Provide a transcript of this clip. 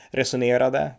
resonerade